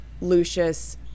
Lucius